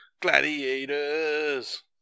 gladiators